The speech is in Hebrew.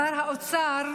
שר האוצר,